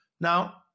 Now